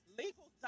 legal